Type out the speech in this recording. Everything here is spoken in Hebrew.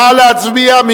נא להצביע.